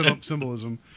symbolism